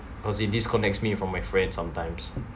cause it disconnects me from my friend sometimes